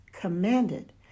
commanded